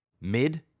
mid